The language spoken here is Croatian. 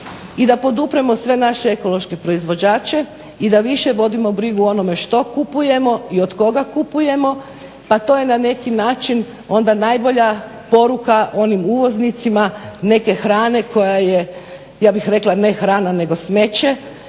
i da podupremo sve naše ekološke proizvođače i da više vodimo brigu o onome što kupujemo i od koga kupujemo. Pa to je na neki način onda najbolja poruka onim uvoznicima neke hrane koja je ja bih rekla ne hrana nego smeće,